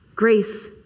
Grace